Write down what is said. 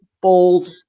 bold